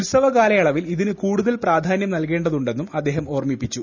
ഉത്സവ കാലയളവിൽ ഇതിനു കൂടുതൽ പ്രാധാന്യം നൽകേണ്ടതുണ്ടെന്നും അദ്ദേഹം ഓർമിപ്പിച്ചു